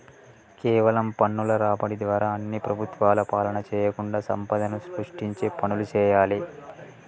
కేవలం పన్నుల రాబడి ద్వారా అన్ని ప్రభుత్వాలు పాలన చేయకుండా సంపదను సృష్టించే పనులు చేయాలి